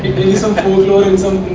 maybe some folklore in some